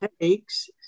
headaches